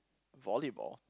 volleyball